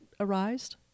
arised